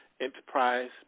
Enterprise